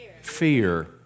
fear